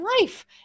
life